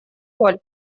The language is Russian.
роль